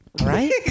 Right